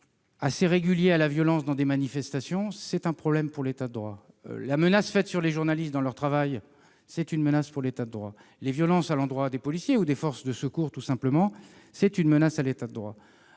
assez régulier à la violence dans les manifestations, c'est un problème pour l'État de droit. La menace qui pèse sur les journalistes dans leur travail, c'est une menace contre l'État de droit. Les violences à l'endroit des policiers ou des forces de secours, c'est une menace contre l'État de droit.